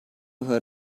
her